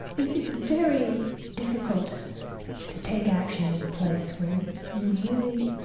it's very difficult to take action in a place where you you really,